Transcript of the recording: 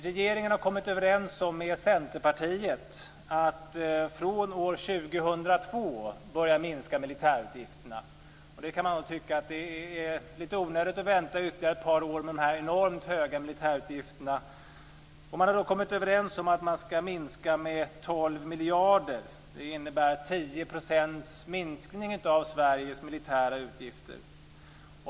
Regeringen har kommit överens med Centerpartiet om att från år 2002 börja minska militärutgifterna. Man kan tycka att det är lite onödigt att vänta ytterligare ett par år när det gäller dessa enormt höga militärutgifter. Man har då kommit överens om att man skall minska dessa utgifter med 12 miljarder kronor. Det innebär en minskning av Sveriges militära utgifter med 10 %.